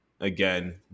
again